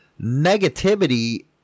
negativity